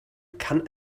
kann